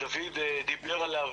שדוד דיבר עליו,